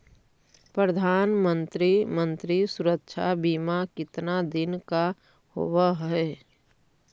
प्रधानमंत्री मंत्री सुरक्षा बिमा कितना दिन का होबय है?